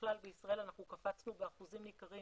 בכלל בישראל אנחנו קפצנו באחוזים ניכרים